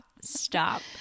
stop